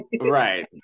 Right